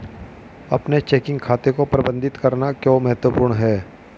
अपने चेकिंग खाते को प्रबंधित करना क्यों महत्वपूर्ण है?